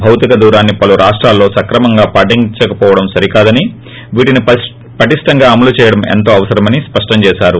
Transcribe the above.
భౌతిక దూరాన్ని పలు రాష్టాల్లో సక్రమంగా పాటించకపోవడం సరికాదని వీటిని పటిష్టంగా అమలు చేయడం ఎంతో అవసరమని స్పష్టం చేశారు